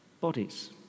bodies